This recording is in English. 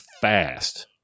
fast